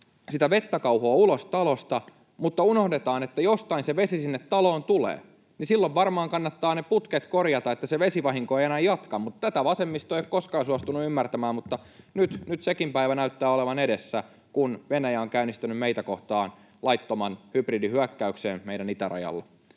sitä vettä kauhoa ulos talosta mutta unohdetaan, että jostain se vesi sinne taloon tulee. Silloin varmaan kannattaa ne putket korjata, että se vesivahinko ei enää jatku. Tätä vasemmisto ei ole koskaan suostunut ymmärtämään, mutta nyt sekin päivä näyttää olevan edessä, kun Venäjä on käynnistänyt meitä kohtaan laittoman hybridihyökkäyksen meidän itärajalla.